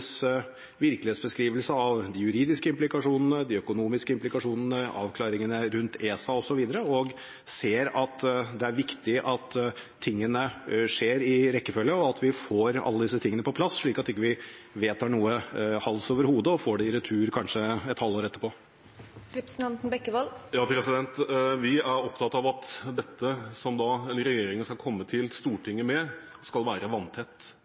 virkelighetsbeskrivelse av de juridiske implikasjonene, de økonomiske implikasjonene, avklaringene rundt ESA osv. og ser at det er viktig at tingene skjer i rekkefølge, og at vi får alle disse tingene på plass, slik at vi ikke vedtar noe hals over hode og får det i retur kanskje et halvår etterpå? Vi er opptatt av at dette som regjeringen skal komme til Stortinget med, skal være vanntett,